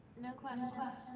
no questions.